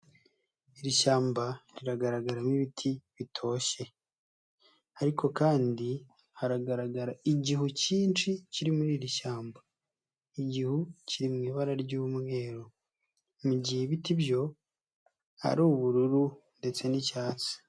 Iri shyamba riragaragaramo ibiti bitoshye ariko kandi haragaragara igihu cyinshi kiri muri iri shyamba. Igihu kiri mu ibara ry'umweru. Mu gihe ibiti byo ari ubururu ndetse n'icyatsi.